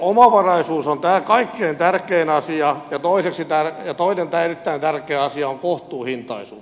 omavaraisuus on tämä kaikkein tärkein asia ja toinen erittäin tärkeä on kohtuuhintaisuus